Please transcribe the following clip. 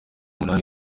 umunani